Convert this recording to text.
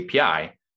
API